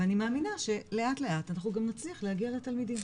ואני מאמינה שלאט לאט אנחנו גם נצליח להגיע לתלמידים,